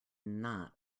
not